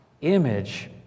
image